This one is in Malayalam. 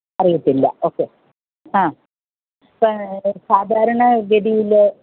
അറിയത്തില്ല ഓക്കെ ആ ഇപ്പോൾ സാധാരണഗതിയില്